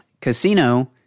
Casino